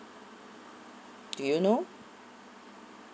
do you know